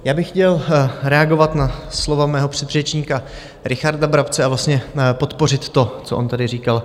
Já bych chtěl reagovat na slova svého předřečníka Richarda Brabce a vlastně podpořit to, co on tady říkal.